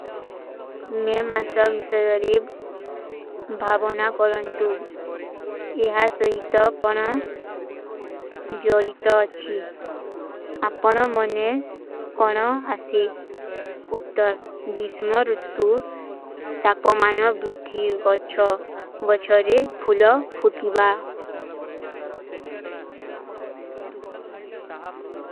ମେରେ ମାନ୍ସା ଵିଶାରେବ ଭାଵନା କରନ୍ତୁ, ଏହା ସହୀତା କନା ଜଡିତା ଅଚ୍ଛୀ। ଆପନା ମନେ କନା ଆଶେ ଉତ୍ତର ଦିଶ୍ମରୁତ୍ତୁ ତାପମାନଵ ରୁଥୀ ଗଚ୍ଛୋ ଵଚ୍ଛରେ ଫୁଲା ଫୁତିବା।